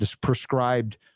prescribed